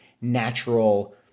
natural